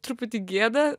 truputį gėda